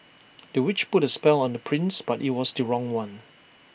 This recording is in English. the witch put A spell on the prince but IT was the wrong one